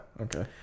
Okay